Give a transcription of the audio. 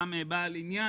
גם בעל עניין,